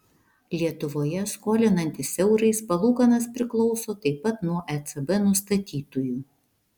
lietuvoje skolinantis eurais palūkanos priklauso taip pat nuo ecb nustatytųjų